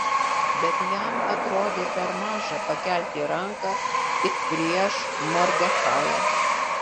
bet jam atrodė per maža pakelti ranką tik prieš mordechają